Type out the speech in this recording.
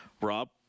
Rob